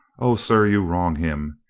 o, sir, you wrong him.